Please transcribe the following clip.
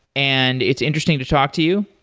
and it's interesting to talk to you,